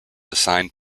assigned